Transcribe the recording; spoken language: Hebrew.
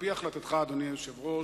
על-פי החלטתך, אדוני היושב-ראש,